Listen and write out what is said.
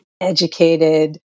educated